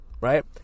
right